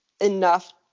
Enough